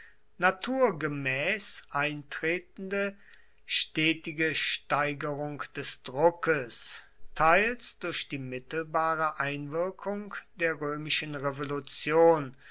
naturgemäß eintretende stetige steigerung des druckes teils durch die mittelbare einwirkung der römischen revolution